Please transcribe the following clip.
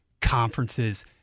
conferences